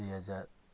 दुई हजार